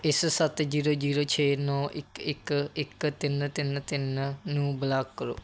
ਇਸ ਸੱਤ zero zero ਛੇ ਨੌਂ ਇੱਕ ਇੱਕ ਇੱਕ ਤਿੰਨ ਤਿੰਨ ਤਿੰਨ ਨੂੰ ਬਲਾਕ ਕਰੋ